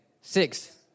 six